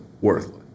worthless